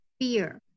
fear